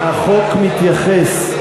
החוק מתייחס,